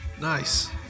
Nice